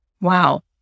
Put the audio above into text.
Wow